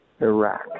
Iraq